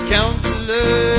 Counselor